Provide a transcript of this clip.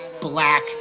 black